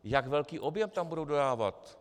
Jak velký objem tam budou dodávat?